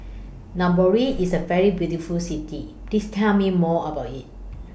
Nairobi IS A very beautiful City Please Tell Me More about IT